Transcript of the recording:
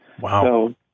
Wow